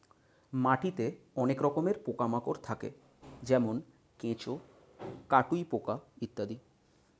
মাটিতে অনেক রকমের পোকা মাকড় থাকে যেমন কেঁচো, কাটুই পোকা ইত্যাদি